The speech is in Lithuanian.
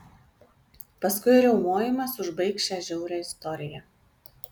paskui riaumojimas užbaigs šią žiaurią istoriją